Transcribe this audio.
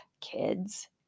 kids